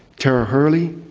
tara hurley,